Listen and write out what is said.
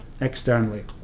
externally